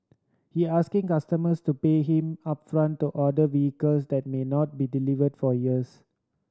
he asking customers to pay him upfront to order vehicles that may not be delivered for years